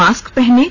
mask पहनें